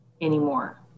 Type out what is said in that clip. anymore